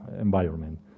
environment